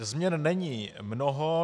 Změn není mnoho.